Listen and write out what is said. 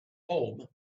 home